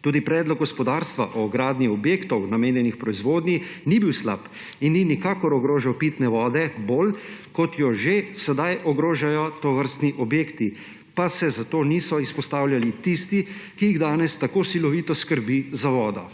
Tudi predlog gospodarstva o gradnji objektov, namenjenih proizvodnji, ni bil slab in ni nikakor ogrožal pitne vode bolj, kot jo že sedaj ogrožajo tovrstni objekti, pa se zato niso izpostavljali tisti, ki jih danes tako silovito skrbi za vodo.